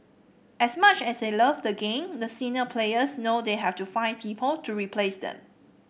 as much as they love the game the senior players know they have to find people to replace them